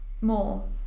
more